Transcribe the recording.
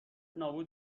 نابود